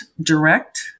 direct